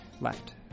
left